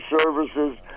services